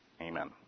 amen